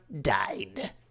died